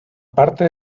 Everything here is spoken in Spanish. parte